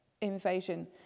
invasion